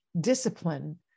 discipline